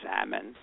salmon